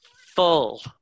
full